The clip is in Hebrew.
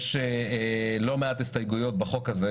יש לא מעט הסתייגויות בחוק הזה,